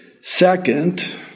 Second